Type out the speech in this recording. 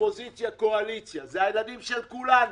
אופוזיציה קואליציה, אלה הילדים של כולנו,